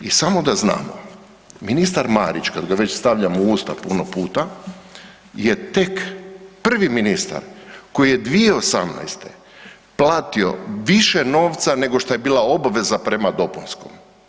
I samo da znamo ministar Marić kad ga već stavljamo u usta puno puta je tek prvi ministar koji je 2018. platio više novca nego što je bila obveza prema dopunskom.